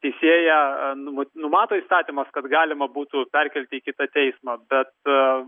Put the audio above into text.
teisėja anot numato įstatymas kad galima būtų perkelti į kitą teismą bet